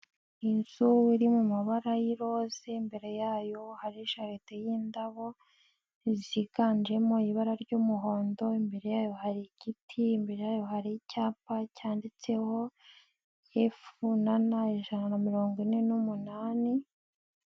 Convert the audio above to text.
Inzu iri mu mabara y'iroze imbere yayo hari jaride y'indabo, ziganjemo ibara ry'umuhondo imbere yayo hari igiti imbere yayo hari icyapa cyanditseho, efu na na ijana na mirongo ine n'umunani.